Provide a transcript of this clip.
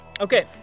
Okay